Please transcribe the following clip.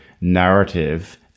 narrative